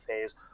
phase